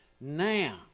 Now